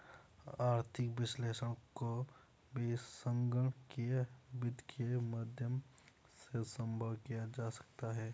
आर्थिक विश्लेषण को भी संगणकीय वित्त के माध्यम से सम्भव किया जा सकता है